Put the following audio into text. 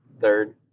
Third